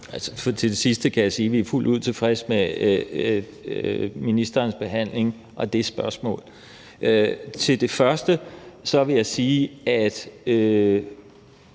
Til det sidste kan jeg sige, at vi er fuldt ud tilfredse med ministerens behandling af det spørgsmål. Til det første vil jeg sige, at